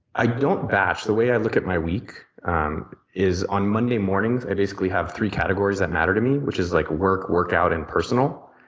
i don't batch the way i look at my week is on monday mornings mornings i basically have three categories that matter to me, which is like work, work-out, and personal.